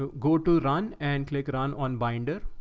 ah go to run and click run on binder.